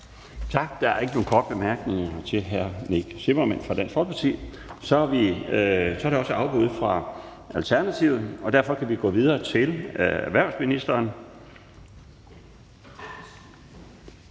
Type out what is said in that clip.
Tak. Der er ikke nogen korte bemærkninger til hr. Nick Zimmermann fra Dansk Folkeparti. Så er der også afbud fra Alternativet, og derfor kan vi gå videre til erhvervsministeren,